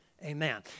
Amen